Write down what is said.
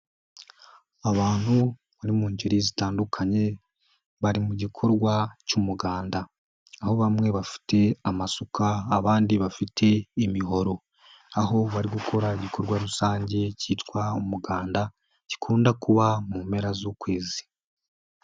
Abantu bari mu ngeri zitandukanye bari mu gikorwa cy'umuganda, aho bamwe bafite amasuka abandi bafite imihoro, aho bari gukora igikorwa rusange cyitwa umuganda gikunda kuba mu mpera z'ukwezi.